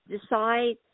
decide